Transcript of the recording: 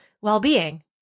well-being